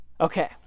okay